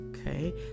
okay